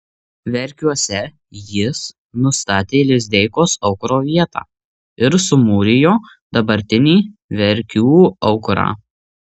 verkiuose jis nustatė lizdeikos aukuro vietą ir sumūrijo dabartinį verkių aukurą